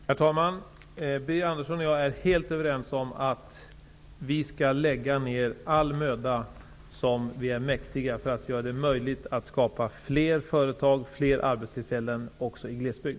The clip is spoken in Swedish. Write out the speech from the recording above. Herr talman! Birger Andersson och jag är helt överens om att vi skall lägga ned all den möda som vi är mäktiga för att göra det möjligt att skapa fler företag och arbetstillfällen också i glesbygd.